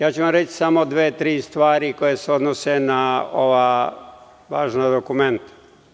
Reći ću vam samo dve-tri stvari koje se odnose na ova važna dokumenta.